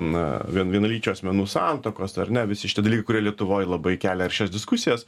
na vien vienalyčių asmenų santuokos ar ne visi šitie dalykai kurie lietuvoj labai kelia aršias diskusijas